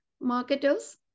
marketers